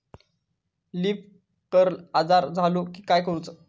Leaf curl आजार झालो की काय करूच?